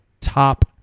top